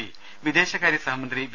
P വിദേശകാര്യ സഹമന്ത്രി V